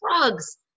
drugs